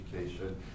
education